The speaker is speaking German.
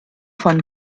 von